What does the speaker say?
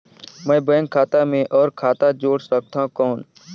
मैं बैंक खाता मे और खाता जोड़ सकथव कौन?